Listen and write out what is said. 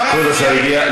כבוד השר הגיע.